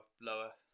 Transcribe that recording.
lower